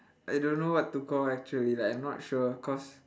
I don't know what to call actually like I'm not sure cause